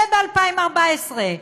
וב-2014,